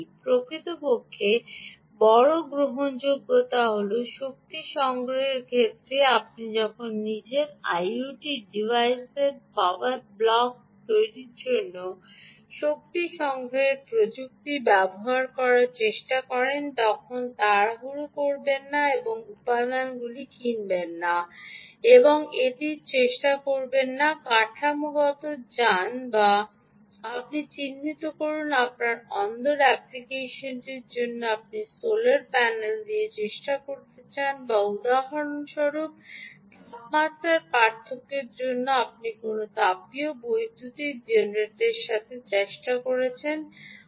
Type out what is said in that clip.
প্রকৃতপক্ষে বড় গ্রহণযোগ্যতা হল শক্তি সংগ্রহের ক্ষেত্রে আপনি যখন নিজের আইওটি ডিভাইসের পাওয়ার ব্লক তৈরির জন্য শক্তি সংগ্রহের প্রযুক্তি ব্যবহার করার চেষ্টা করছেন তখন তাড়াহুড়ো করবেন না এবং উপাদানগুলি কিনবেন না এবং এটির চেষ্টা করবেন না কাঠামোগত যান যা আপনি চিহ্নিত করুন আপনার অন্দর অ্যাপ্লিকেশনটির জন্য আপনি সোলার প্যানেল দিয়ে চেষ্টা করতে চান বা উদাহরণস্বরূপ তাপমাত্রার পার্থক্যের জন্য আপনি কোনও তাপীয় বৈদ্যুতিক জেনারেটরের সাথে চেষ্টা করতে চান